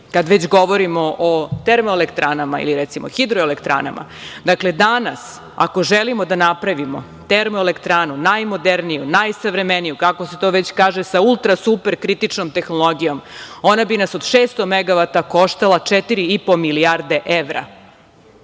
kad već govorimo o termoelektranama ili recimo hidroelektranama. Danas, ako želimo da napravimo termoelektranu, najmoderniju, najsavremeniju, kako se to već kaže, sa ultra super kritičnom tehnologijom, ona bi nas od 600 megavata koštala četiri i po milijarde evra.